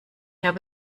habe